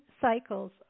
cycles